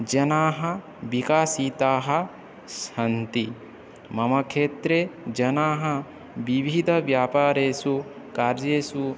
जनाः विकासिताः सन्ति मम क्षेत्रे जनाः विविधव्यापारेषु कार्येषु